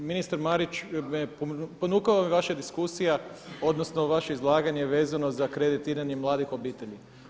Ministar Marić, ponukala me vaša diskusija, odnosno vaše izlaganje vezano za kreditiranje mladih obitelji.